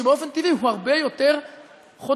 שבאופן טבעי הוא הרבה יותר חותך,